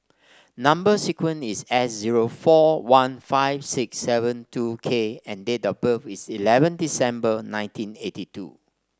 number sequence is S zero four one five six seven two K and date of birth is eleven December nineteen eighty two